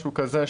משהו כזה,